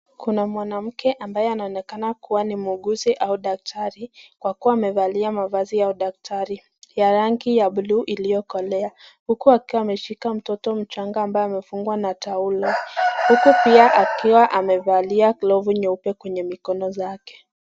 Kuna mwanamke ambaye anaonekana kuwa ni muuguzi au daktari kwa kuwa amevalia mavazi ya udaktari ya rangi ya buluu iliokolea uku akiwa ameshika mtoto mchanga ambaye amefungwa na taulo uku pia akiwa amevalia glovu nyeupe kwenye mikono zake.